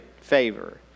favor